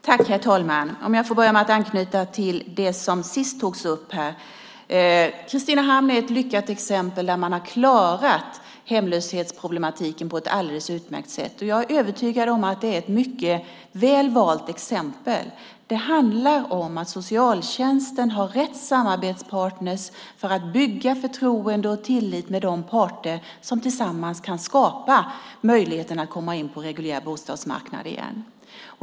Herr talman! Jag vill börja med att anknyta till det som sist togs upp här. Kristinehamn är ett lyckat exempel där man har klarat hemlöshetsproblematiken på ett alldeles utmärkt sätt, och jag är övertygad om att det är ett mycket väl valt exempel. Det handlar om att socialtjänsten har rätt samarbetspartner för att bygga förtroende och tillit med de parter som tillsammans kan skapa möjligheten att komma in på en reguljär bostadsmarknad igen.